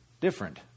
different